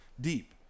deep